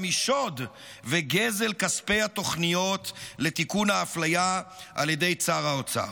גם משוד וגזל כספי התוכניות לתיקון האפליה על ידי שר האוצר.